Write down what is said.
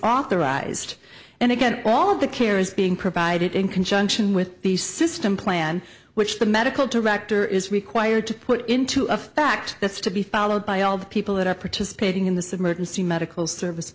authorized and again all the care is being provided in conjunction with the system plan which the medical director is required to put into a fact that's to be followed by all the people that are participating in the submersion see medical service